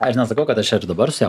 aš nesakau kad aš čia ir dabar su ja